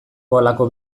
halako